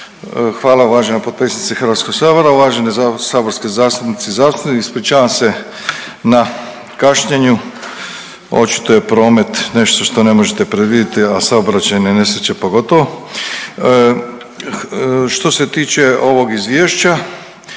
Hvala uvažena potpredsjednice Hrvatskog sabora, uvažene saborske zastupnice i zastupnici. Ispričavam se na kašnjenju, očito je promet nešto što ne možete predvidjeti, a saobraćajne nesreće pogotovo. Što se tiče ovog izvješća